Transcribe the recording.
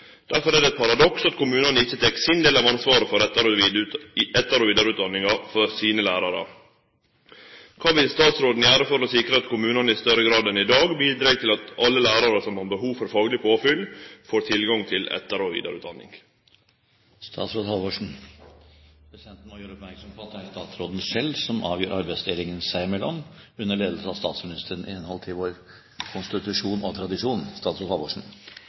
er det eit paradoks at kommunane ikkje tek sin del av ansvaret for etter- og vidareutdanninga for sine lærarar. Kva vil statsråden gjere for å sikre at kommunane i større grad enn i dag bidreg til at alle lærarar som har behov for fagleg påfyll, får tilgang til etter- og vidareutdanning?» Presidenten vil gjøre oppmerksom på at det er statsrådene selv som avgjør arbeidsdelingen seg imellom, under ledelse av statsministeren – alt etter vår konstitusjon og